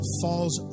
falls